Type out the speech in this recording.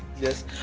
Yes